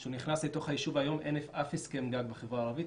כשהוא נכנס לתוך היישוב היום אין אף הסכם גג בחברה הערבית,